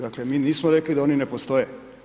Dakle, mi nismo rekli da oni ne postoje.